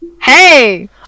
Hey